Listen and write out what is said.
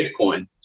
Bitcoin